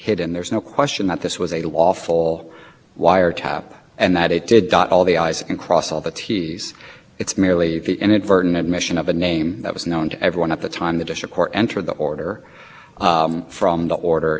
why should this court not require strict compliance instead of allowing slopp